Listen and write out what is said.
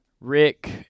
Rick